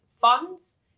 funds